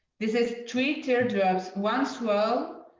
this is three teardrops one swirl,